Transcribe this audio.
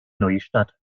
neustadt